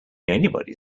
anybody